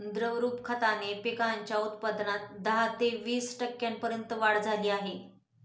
द्रवरूप खताने पिकांच्या उत्पादनात दहा ते वीस टक्क्यांपर्यंत वाढ झाली आहे